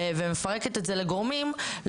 ומפרקת את זה לגורמים,